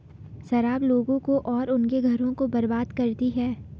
शराब लोगों को और उनके घरों को बर्बाद करती है